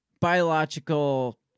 biological